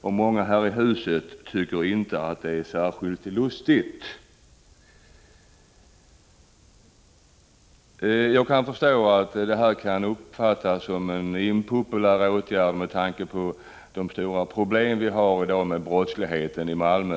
Och många här i huset tycker inte det är särskilt lustigt.” Detta citat har hämtats från tidningen Arbetet för den 1 november 1985 och är uttalat av polismästaren i Malmö.